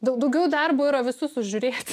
dau daugiau darbo yra visus sužiūrėti